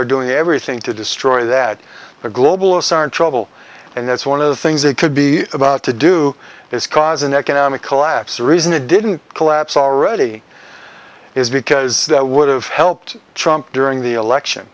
they're doing everything to destroy that the global us are in trouble and that's one of the things they could be about to do is cause an economic collapse the reason it didn't collapse already is because that would have helped trump during the election